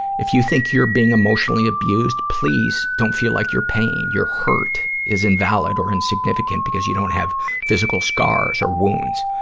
if you think you're being emotionally abused, please don't feel like your pain, your hurt, is invalid or insignificant because you don't have physical scars or wounds.